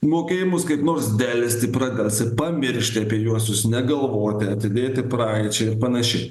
mokėjimus kaip nors delsti pradelsti pamiršti apie juosius negalvoti atidėti praeičiai ir panašiai